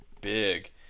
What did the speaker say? big